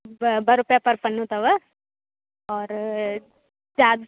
ॿ ॿ रूपिया पर पन्नो अथव और चार्ज